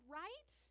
right